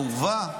באורווה?